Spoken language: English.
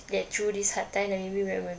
get through this hard time then maybe when we're